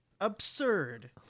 absurd